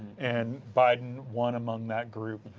and biden one among that group,